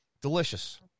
Delicious